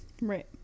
Right